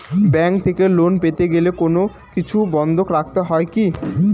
Bank থেকে loan পেতে গেলে কোনো কিছু বন্ধক রাখতে হয় কি?